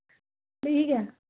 ठीक ऐ